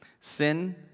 Sin